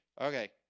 Okay